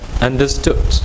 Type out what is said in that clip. understood